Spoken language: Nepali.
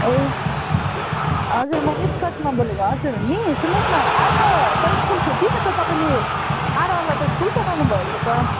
ए हजुर म मिस प्रतिमा बोलेको हजुर नि सुन्नुहोस् न आज तर स्कुल छुट्टी छ त तपाईँले आरोहलाई त स्कुल पठाउनु भएछ त